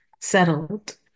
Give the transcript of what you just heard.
settled